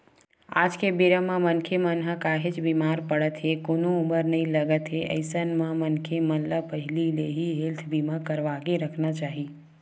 आज के बेरा म मनखे मन ह काहेच बीमार पड़त हे कोनो उमर नइ लगत हे अइसन म मनखे मन ल पहिली ले ही हेल्थ बीमा करवाके रखना चाही